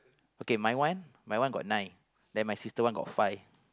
okay my one my one got nine then my sister one got five